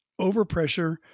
overpressure